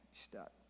stuck